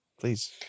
Please